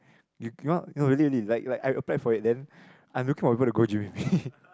you no really really like like I applied for it then I'm looking for people to go gym with me